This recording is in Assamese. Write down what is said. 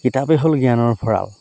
কিতাপে হ'ল জ্ঞানৰ ভঁৰাল